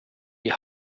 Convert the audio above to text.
die